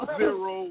zero